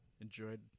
enjoyed